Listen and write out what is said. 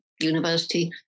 university